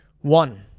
One